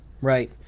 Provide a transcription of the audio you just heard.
right